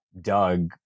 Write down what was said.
doug